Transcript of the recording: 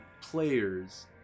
players